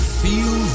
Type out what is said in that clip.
feel